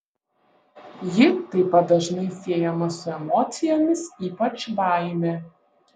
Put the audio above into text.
ji taip pat dažnai siejama su emocijomis ypač baime